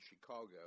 Chicago